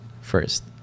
first